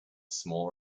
small